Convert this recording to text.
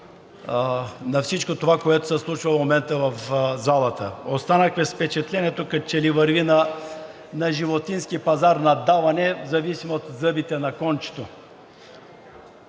на всичко това, което се случва в момента в залата. Останахме с впечатлението, като че ли върви на животински пазар – наддаване в зависимост от зъбите на кончето.